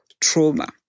trauma